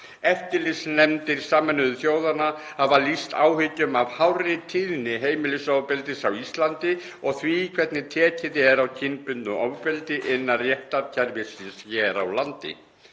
Eftirlitsnefndir Sameinuðu þjóðanna hafa lýst áhyggjum af hárri tíðni heimilisofbeldis á Íslandi og því hvernig tekið er á kynbundnu ofbeldi innan réttarkerfisins hér á landi.